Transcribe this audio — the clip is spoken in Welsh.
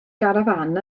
garafán